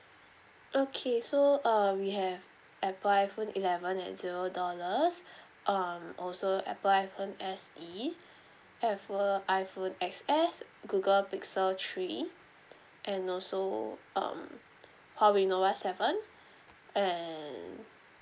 okay so uh we have apple iphone eleven at zero dollars um also apple iphone S_E apple iphone X_S google pixel three and also um huawei nova seven and